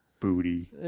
booty